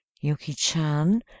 Yuki-chan